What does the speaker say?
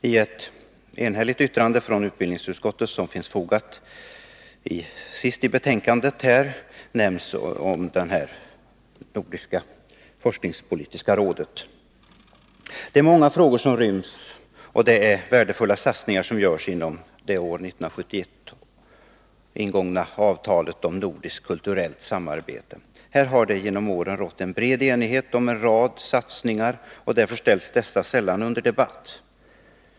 I ett enhälligt yttrande från utbildningsutskottet, som är fogat till betänkandet, omnämns det nordiska forskningspolitiska rådet. Det är många frågor som ryms och det är värdefulla satsningar som görs inom det år 1971 ingångna avtalet om nordiskt kulturellt samarbete. Här har det genom åren rått en bred enighet om en rad satsningar, och därför ställs dessa sällan under debatt.